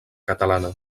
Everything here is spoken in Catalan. catalana